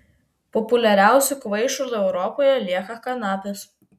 populiariausiu kvaišalu europoje lieka kanapės